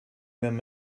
them